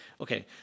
Okay